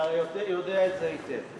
אתה הרי יודע את זה היטב.